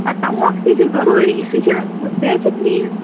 اَد تَموک تہِ چھُ ضٔروٗری سُہ چھُ بیسِک نیٖڈ